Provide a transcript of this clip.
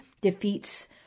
defeats